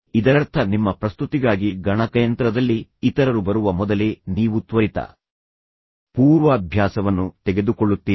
ಇದರರ್ಥ ನಿಮ್ಮ ಪ್ರಸ್ತುತಿಗಾಗಿ ಗಣಕಯಂತ್ರದಲ್ಲಿ ಇತರರು ಬರುವ ಮೊದಲೇ ನೀವು ತ್ವರಿತ ಪೂರ್ವಾಭ್ಯಾಸವನ್ನು ತೆಗೆದುಕೊಳ್ಳುತ್ತೀರಿ